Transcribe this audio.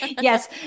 Yes